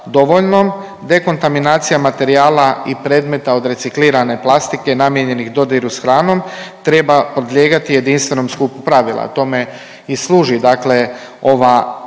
dovoljnom, dekontaminacija materijala i predmeta od reciklirane plastike namijenjenih dodiru s hranom treba podlijegati jedinstvenom skupu pravila. O tome i služi dakle ova